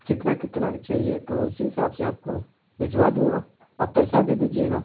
कितना कितना चाहिए तो उसी हिसाब से आपको भिजवा दूंगा आप पैसा दे दीजिएगा